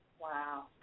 Wow